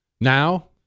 Now